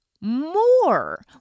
more